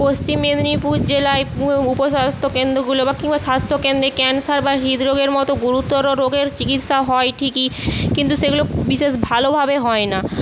পশ্চিম মেদিনীপুর জেলায় উপস্বাস্থ্য কেন্দ্রগুলো বা কিংবা স্বাস্থ্য কেন্দ্রে ক্যান্সার বা হৃদ রোগের মতো গুরুতর রোগের চিকিৎসা হয় ঠিকই কিন্তু সেগুলো বিশেষ ভালোভাবে হয় না